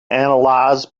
analyzed